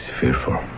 fearful